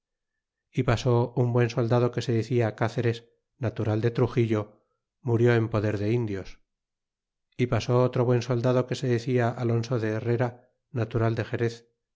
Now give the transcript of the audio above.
e pasó otro muy buen soldado que se decia arguello natural de leon murió en poder de indios e pasó otro soldado que se decia diego hernandez natural de